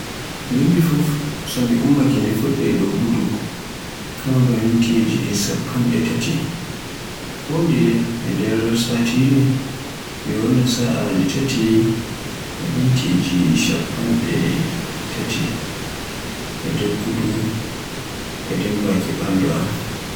Bimbi fuf so mi ummaake mi fuɗai doggudu kamaa ba mintiji shappanɗe tati, kondeye e nder satire, mi wonna sa'aji tati e mintiji shappanɗe tati e doggudu e dimbaaki ɓandu am.